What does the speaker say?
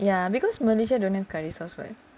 ya because malaysia don't have curry sauce [what]